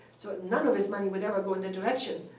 so none of his money would ever go in that direction.